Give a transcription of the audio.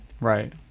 Right